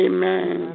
Amen